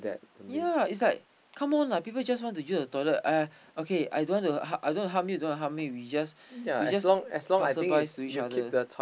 yea is like come on lah people just want to use the toilet I okay I don't want to harm I don't want to harm you you don't want to harm me we just we just passerby to each other